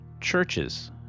churches